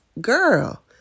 girl